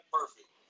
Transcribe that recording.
perfect